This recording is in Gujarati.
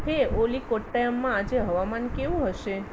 હે ઓલી કોટ્ટયમમાં આજે હવામાન કેવું હશે